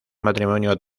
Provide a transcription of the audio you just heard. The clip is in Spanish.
matrimonio